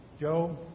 Joe